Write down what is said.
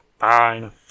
Fine